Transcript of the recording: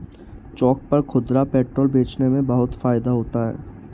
चौक पर खुदरा पेट्रोल बेचने में बहुत फायदा होता है